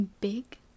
big